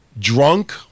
drunk